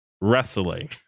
wrestling